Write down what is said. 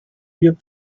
wir